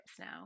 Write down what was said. now